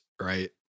right